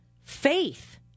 faith